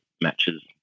matches